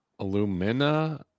Illumina